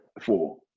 four